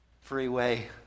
freeway